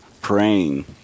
praying